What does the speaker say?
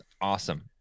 awesome